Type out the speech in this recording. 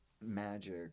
magic